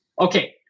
Okay